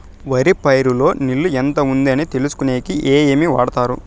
వరి పైరు లో నీళ్లు ఎంత ఉంది అని తెలుసుకునేకి ఏమేమి వాడతారు?